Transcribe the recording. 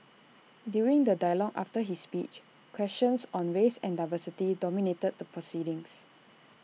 during the dialogue after his speech questions on race and diversity dominated the proceedings